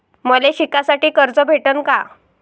मले शिकासाठी कर्ज भेटन का?